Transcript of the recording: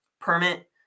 permit